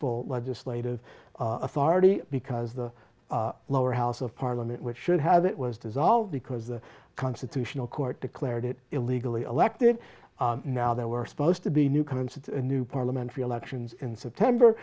full legislative authority because the lower house of parliament which should have it was dissolved because the constitutional court declared it illegally elected now there were supposed to be new kinds of new parliamentary elections in september